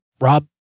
Rob